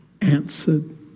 answered